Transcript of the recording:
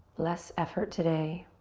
less effort today.